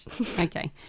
Okay